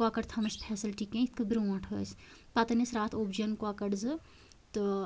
کۄکر تھاونٕچۍ فیسَلٹی کیٚنٛہہ یِتھ کٲٹھۍ برٛونٛٹھ ٲسۍ پَتہٕ أنۍ اسہِ راتھ ابوٗجِین کۄکر زٕ تہٕ